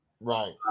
Right